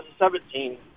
2017